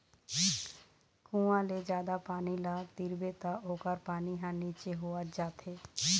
कुँआ ले जादा पानी ल तिरबे त ओखर पानी ह नीचे होवत जाथे